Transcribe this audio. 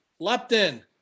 Leptin